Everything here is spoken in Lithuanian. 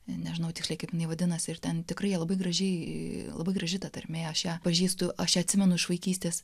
nežinau tiksliai kaip vadinasi ir ten tikrai labai gražiai labai graži ta tarmė aš ją pažįstu aš atsimenu iš vaikystės